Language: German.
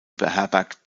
beherbergt